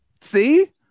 See